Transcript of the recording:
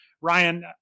Ryan